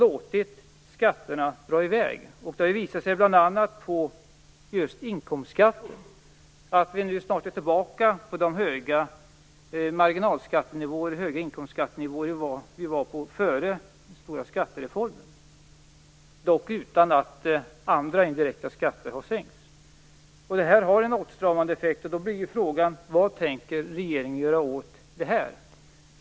Det har visat sig bl.a. vad gäller just inkomstskatten att vi nu snart är tillbaka på de höga marginalskattenivåer, de höga inkomstskattenivåer vi hade före den stora skattereformen - dock utan att andra indirekta skatter har sänkts. Det här har en åtstramande effekt, och då blir frågan: Vad tänker regeringen göra åt det?